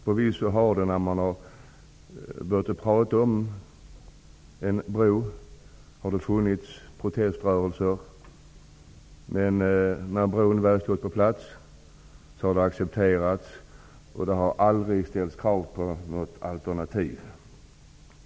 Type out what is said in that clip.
Förvisso har det uppstått proteströrelser när man har börjat prata om en bro, men när bron väl stått på plats har den accepterats och det har aldrig ställts krav på något alternativ.